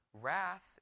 wrath